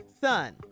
son